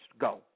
go